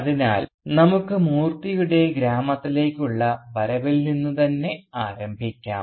അതിനാൽ നമുക്ക് മൂർത്തിയുടെ ഗ്രാമത്തിലേക്കുള്ള വരവിൽ നിന്നു തന്നെ ആരംഭിക്കാം